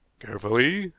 carefully!